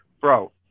bro